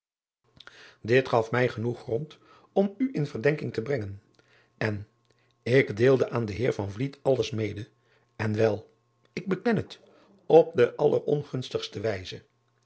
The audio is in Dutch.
it gaf mij genoeg grond om u in verdenking te brengen en ik deelde aan den eer alles mede en wel ik beken het op de allerongunstigste wijze